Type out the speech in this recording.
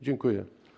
Dziękuję.